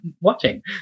watching